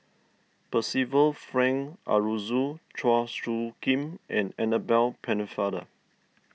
Percival Frank Aroozoo Chua Soo Khim and Annabel Pennefather